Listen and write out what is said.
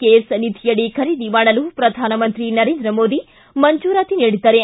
CARES ನಿಧಿಯಡಿ ಖರೀದಿ ಮಾಡಲು ಪ್ರಧಾನಮಂತ್ರಿ ನರೇಂದ್ರ ಮೋದಿ ಮಂಜೂರಾತಿ ನೀಡಿದ್ದಾರೆ